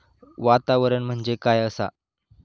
वातावरण म्हणजे काय असा?